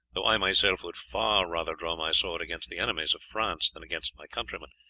though i myself would far rather draw my sword against the enemies of france than against my countrymen.